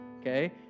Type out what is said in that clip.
okay